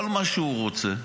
כל מה שהוא רוצה,